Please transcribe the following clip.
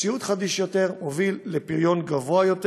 ציוד חדיש יותר מוביל לפריון גבוה יותר,